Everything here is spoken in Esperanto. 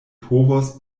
povos